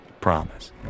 Promise